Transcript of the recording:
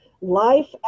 life